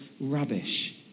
rubbish